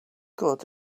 good